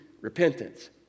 repentance